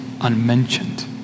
unmentioned